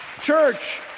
Church